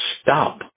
stop